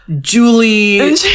Julie